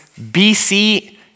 BC